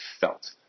felt